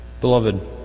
Beloved